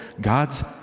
God's